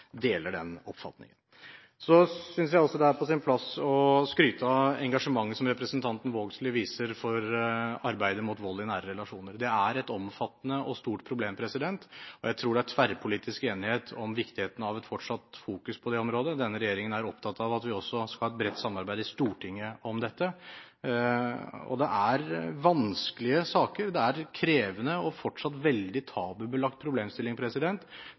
deler en slik oppfatning. Jeg synes også det er på sin plass å skryte av det engasjementet som representanten Vågslid viser for arbeidet mot vold i nære relasjoner. Det er et omfattende og stort problem. Jeg tror det er tverrpolitisk enighet om viktigheten av en fortsatt fokusering på dette området. Denne regjeringen er opptatt av at det skal være et bredt samarbeid i Stortinget om dette. Det er vanskelige saker. Det er en krevende og fortsatt veldig tabubelagt problemstilling,